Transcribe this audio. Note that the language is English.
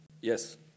Yes